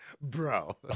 bro